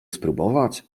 spróbować